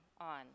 on